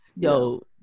yo